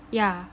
yeah